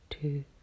Two